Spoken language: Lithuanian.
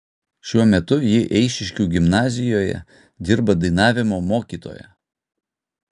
šiuo metu ji eišiškių gimnazijoje dirba dainavimo mokytoja